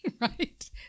right